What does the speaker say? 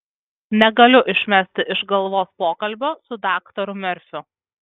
negaliu išmesti iš galvos pokalbio su daktaru merfiu